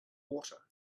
water